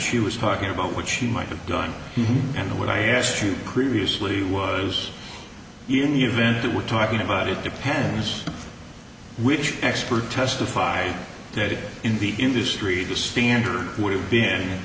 she was talking about what she might have done and what i asked you previously was in the event that we're talking about it depends which expert testified that in the industry the standard would have been